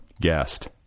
guest